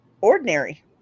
ordinary